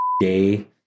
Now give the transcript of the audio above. day